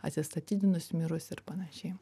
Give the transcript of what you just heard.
atsistatydinus mirus ir panašiai